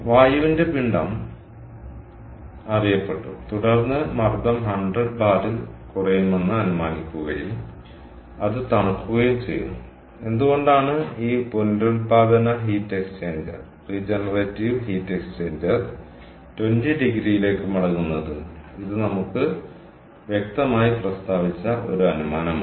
വായുവിന്റെ പിണ്ഡം അറിയപ്പെട്ടു തുടർന്ന് മർദ്ദം 100 ബാറിൽ കുറയുമെന്ന് അനുമാനിക്കുകയും അത് തണുക്കുകയും ചെയ്യുന്നു എന്തുകൊണ്ടാണ് ഈ പുനരുൽപ്പാദന ഹീറ്റ് എക്സ്ചേഞ്ചർ 20 ഡിഗ്രിയിലേക്ക് മടങ്ങുന്നത് ഇത് നമുക്ക് വ്യക്തമായി പ്രസ്താവിച്ച ഒരു അനുമാനമാണ്